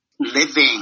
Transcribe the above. Living